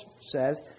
says